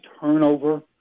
turnover